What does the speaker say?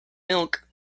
milk